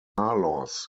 carlos